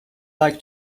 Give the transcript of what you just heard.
like